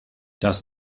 das